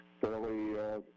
fairly –